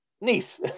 Niece